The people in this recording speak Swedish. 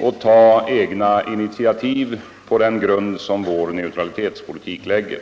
och ta egna initiativ på den grund som vår neutralitetspolitik lägger.